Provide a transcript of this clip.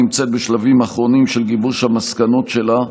הוועדה נמצאת בשלבים אחרונים של גיבוש המסקנות שלה.